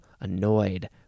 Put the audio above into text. annoyed